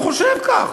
הוא חושב כך.